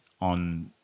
on